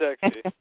sexy